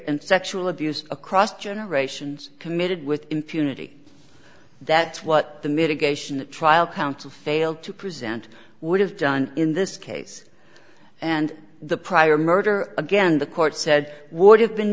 and sexual abuse across generations committed with impunity that's what the mitigation trial counsel failed to present would have done in this case and the prior murder again the court said would have been